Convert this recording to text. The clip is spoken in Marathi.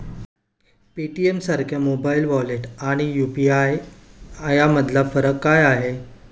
पेटीएमसारख्या मोबाइल वॉलेट आणि यु.पी.आय यामधला फरक काय आहे?